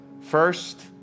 First